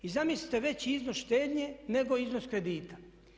I zamislite veći iznos štednje nego iznos kredita.